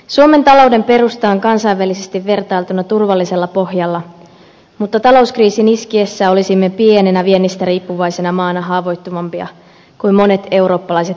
suomen talouden perusta on kansainvälisesti vertailtuna turvallisella pohjalla mutta talouskriisin iskiessä olisimme pienenä viennistä riippuvaisena maana haavoittuvampi kuin monet eurooppalaiset verrokkimaat